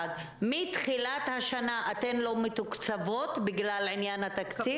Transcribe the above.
מתחילת השנה אתן לא מתוקצבות בגלל עניין התקציב?